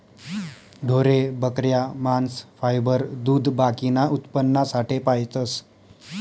ढोरे, बकऱ्या, मांस, फायबर, दूध बाकीना उत्पन्नासाठे पायतस